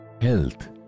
health